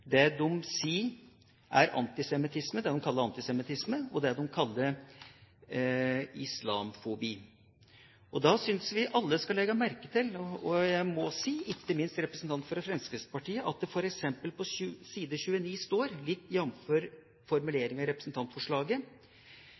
det de kaller antisemittisme, og det de kaller islamfobi. Da synes jeg vi alle skal legge merke til, og jeg må si ikke minst representanten fra Fremskrittspartiet, at det f.eks. på side 29 står, jf. formuleringen i representantforslaget,